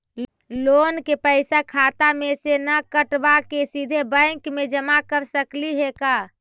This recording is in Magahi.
लोन के पैसा खाता मे से न कटवा के सिधे बैंक में जमा कर सकली हे का?